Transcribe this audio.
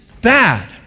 bad